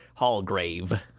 Hallgrave